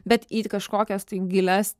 bet į kažkokias gilias